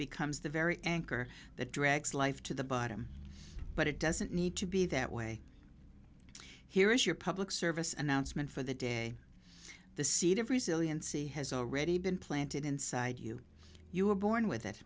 becomes the very anchor that drags life to the bottom but it doesn't need to be that way here is your public service announcement for the day the seed of resiliency has already been planted inside you you were born with it